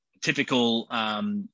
typical